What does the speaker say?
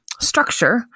structure